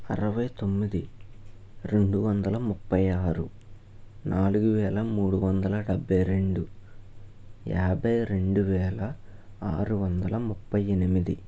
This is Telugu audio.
అరవై తొమ్మిది రెండు వందల ముప్పై ఆరు నాలుగు వేల మూడు వందల డెభై రెండు యాభై రెండు వేల ఆరు వందల ముప్పై ఎనిమిది